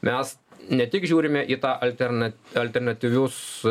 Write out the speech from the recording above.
mes ne tik žiūrime į tą alterna alternatyvius